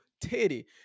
titty